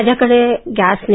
माझ्याकडे गॅस नाही